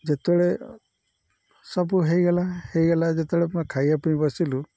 ଯେତେବେଳେ ସବୁ ହେଇଗଲା ହେଇଗଲା ଯେତେବେଳେ ମ ଖାଇବା ପାଇଁ ବସିଲୁ